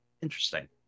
Interesting